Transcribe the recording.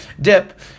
dip